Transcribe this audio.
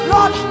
Lord